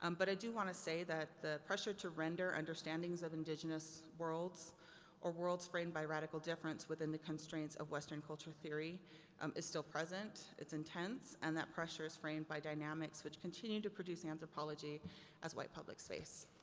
um but i do want to say that the pressure to render understandings of indigenous worlds or worlds framed by radical difference within the constraints of western culture theory um is still present, it's intense, and that pressure is framed by dynamics, which continue to produce anthropology as white public space.